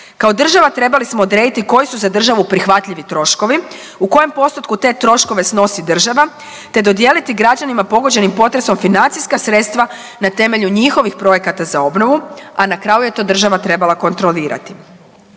Kao država trebali smo odrediti koji su za državu prihvatljivi troškovi, u kojem postotku te troškove snosi država, te dodijeliti građanima pogođenim potresom financijska sredstva na temelju njihovih projekata za obnovu, a na kraju je to država trebala kontrolirati.